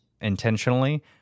intentionally